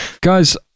Guys